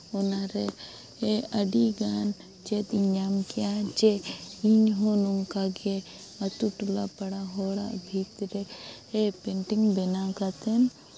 ᱚᱱᱟᱨᱮ ᱟᱹᱰᱤᱜᱟᱱ ᱪᱮᱫ ᱤᱧ ᱧᱟᱢ ᱠᱮᱫᱼᱟ ᱡᱮ ᱤᱧᱦᱚᱸ ᱱᱚᱝᱠᱟ ᱜᱮ ᱟᱹᱛᱩ ᱴᱚᱞᱟ ᱯᱟᱲᱟ ᱦᱚᱲᱟᱜ ᱵᱷᱤᱛ ᱨᱮ ᱯᱮᱱᱴᱤᱝ ᱵᱮᱱᱟᱣ ᱠᱟᱛᱮᱫ